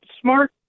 smart